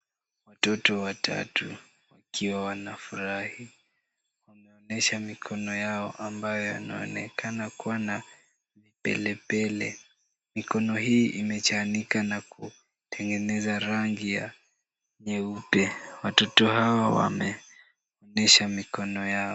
Watoto watatu wakiwa wanafurahi. Wameonyesha mikono yao ambayo yanaonekana kuwa na pelepele .Mikono hii imechanika na kutengeneza rangi ya nyeupe. Watoto hao wameonyesha mikono yao.